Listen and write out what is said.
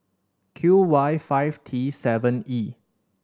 Q Y five T seven E